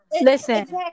Listen